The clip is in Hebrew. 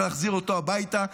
צריך להחזיר אותו הביתה,